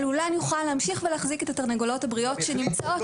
הלולן יוכל להמשיך ולהחזיק את התרנגולות הבריאות שנמצאות